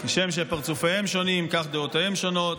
כשם שפרצופיהן שונים כך דעותיהן שונות.